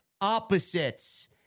opposites